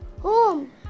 home